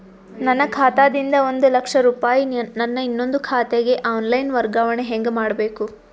ನನ್ನ ಖಾತಾ ದಿಂದ ಒಂದ ಲಕ್ಷ ರೂಪಾಯಿ ನನ್ನ ಇನ್ನೊಂದು ಖಾತೆಗೆ ಆನ್ ಲೈನ್ ವರ್ಗಾವಣೆ ಹೆಂಗ ಮಾಡಬೇಕು?